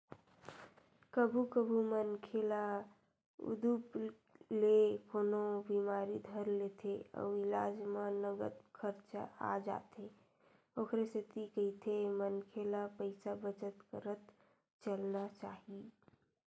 कभू कभू मनखे ल उदुप ले कोनो बिमारी धर लेथे अउ इलाज म नँगत खरचा आ जाथे ओखरे सेती कहिथे मनखे ल पइसा बचत करत चलना चाही